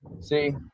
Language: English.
See